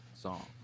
song